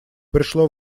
пришло